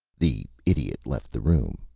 the idiot left the room,